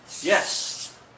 Yes